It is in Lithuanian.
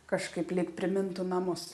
kažkaip lyg primintų namus